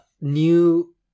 new